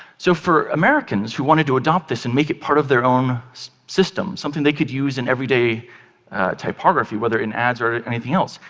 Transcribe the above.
so for americans who wanted to adopt this and make it part of their own system, something they could use in everyday typography, whether in ads or anything else,